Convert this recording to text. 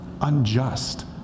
unjust